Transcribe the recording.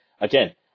again